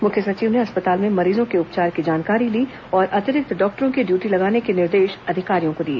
मुख्य सचिव ने अस्पताल में मरीजों के उपचार की जानकारी ली और अतिरिक्त डॉक्टरों की ड्यूटी लगाने के निर्देश अधिकारियों को दिए